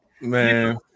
man